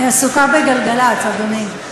היא עסוקה בגלגלצ, אדוני.